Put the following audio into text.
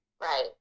Right